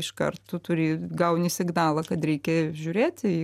iš kart tu turi gauni signalą kad reikia žiūrėti